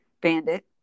Bandit